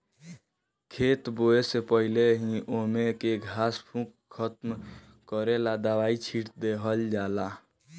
खेत बोवे से पहिले ही ओमे के घास फूस खतम करेला दवाई छिट दिहल जाइ